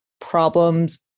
problems